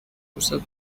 فرصت